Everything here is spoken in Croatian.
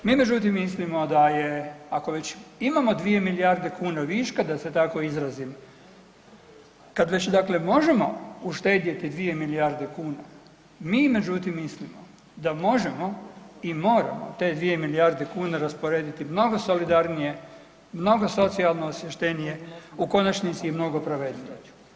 Mi međutim mislimo da je ako već imamo 2 milijarde kuna viška da se tako izrazim, kada već možemo uštedjeti 2 milijarde kuna, mi međutim mislimo da možemo i moramo te 2 milijarde kuna rasporediti mnogo solidarnije, mnogo socijalno osvještenije u konačnici i mnogo pravednije.